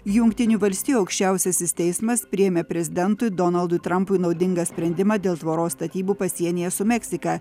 jungtinių valstijų aukščiausiasis teismas priėmė prezidentui donaldui trampui naudingą sprendimą dėl tvoros statybų pasienyje su meksika